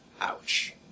Ouch